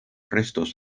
restos